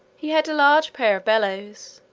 he had a large pair of bellows,